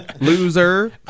Loser